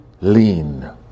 lean